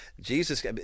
Jesus